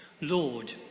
Lord